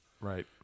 right